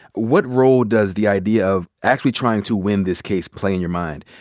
what role does the idea of actually trying to win this case play in your mind.